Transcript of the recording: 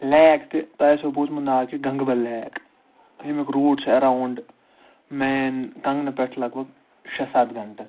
lake تہِ تۄہہِ آسوٕ بوٗزمُت ناو کہِ گَنٛگہٕ بَل لیک أمیٛک روٗٹ چھُ ایٚراوُنٛڈ مین کنٛگنہٕ پٮ۪ٹھ لَگ بھَگ شےٚ سَتھ گھنٹہٕ